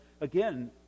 again